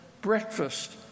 breakfast